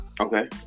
okay